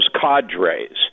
cadres